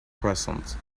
croissants